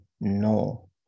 no